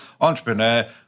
Entrepreneur